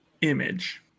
image